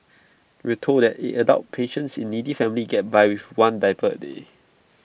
we were told that adult patients in needy families get by with one diaper A day